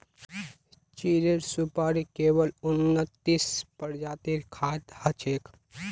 चीड़ेर सुपाड़ी केवल उन्नतीस प्रजातिर खाद्य हछेक